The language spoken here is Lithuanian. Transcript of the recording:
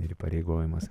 ir įpareigojimas